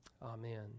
Amen